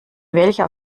welcher